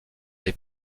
les